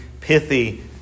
pithy